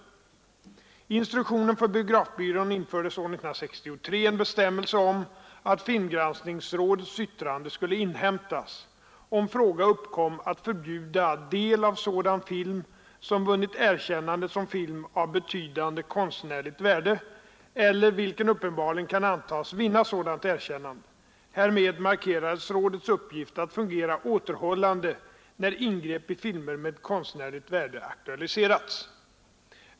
I instruktionen för biografbyrån infördes år 1963 en bestämmelse om att filmgranskningsrådets yttrande skulle inhämtas, om fråga uppkom att förbjuda del av sådan film som vunnit erkännande som film av betydande konstnärligt värde eller vilken uppenbarligen kan antas vinna sådant erkännande. Härmed markerades rådets uppgift att fungera återhållande när ingrepp i filmer med konstnärligt värde aktualiserats.